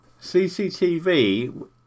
CCTV